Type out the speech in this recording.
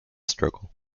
struggle